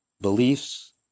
beliefs